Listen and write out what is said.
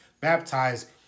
baptized